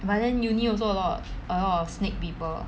but then uni also a lot a lot of snake people